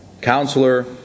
Counselor